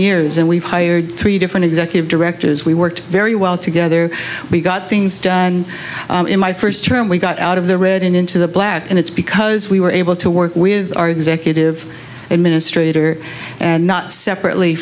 years and we've hired three different executive directors we worked very well together we got things done in my first term we got out of the red and into the black and it's because we were able to work with our executive administrator and not separately